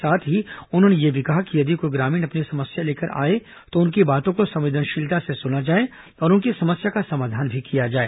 साथ ही उन्होंने यह भी कहा कि यदि कोई ग्रामीण अपनी समस्या लेकर आए तो उनकी बातों को संवेदनशीलता से सुना जाए और उनकी समस्या का समाधान भी किया जाए